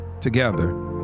Together